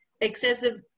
excessive